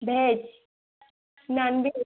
veg non veg